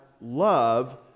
love